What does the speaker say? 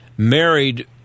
Married